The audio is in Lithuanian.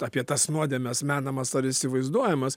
apie tas nuodėmes menamas ar įsivaizduojamas